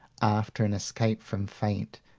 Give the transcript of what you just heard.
after an escape from fate,